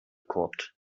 kurt